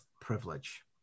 privilege